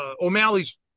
O'Malley's